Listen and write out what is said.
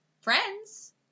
friends